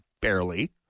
barely